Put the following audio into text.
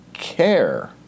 care